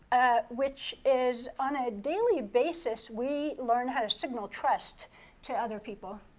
which is on a daily basis, we learn how to signal trust to other people.